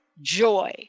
joy